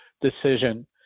decision